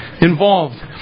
involved